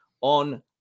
on